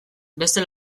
beste